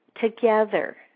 together